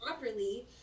properly